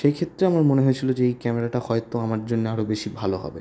সেই ক্ষেত্রে আমার মনে হয়েছিল যে এই ক্যামেরাটা হয়তো আমার জন্য আরও বেশি ভালো হবে